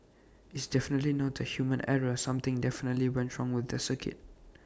it's definitely not A human error something definitely went wrong with the circuit